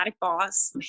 boss